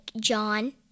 John